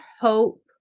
hope